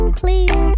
please